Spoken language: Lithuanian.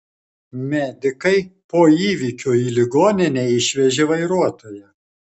medikai po įvykio į ligoninę išvežė vairuotoją